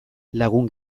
lagun